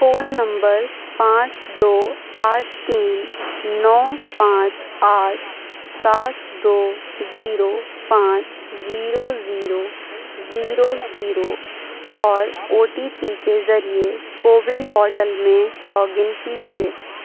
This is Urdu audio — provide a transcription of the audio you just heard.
فون نمبر پانچ دو آٹھ تین نو پانچ آٹھ سات دو زیرو پانچ زیرو زیرو زیرو زیرو اور او ٹی پی کے ذریعے کوون پورٹل میں لاگ ان کیجیے